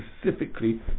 specifically